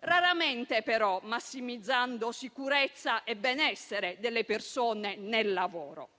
raramente però massimizzando la sicurezza e il benessere delle persone nel lavoro.